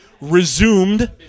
resumed